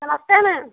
नमस्ते मैम